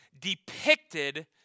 depicted